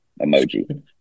emoji